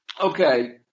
Okay